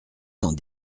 cent